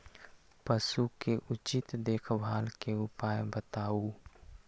पशु के उचित देखभाल के उपाय बताऊ?